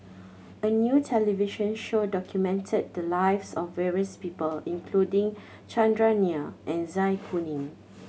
a new television show documented the lives of various people including Chandran Nair and Zai Kuning